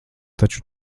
taču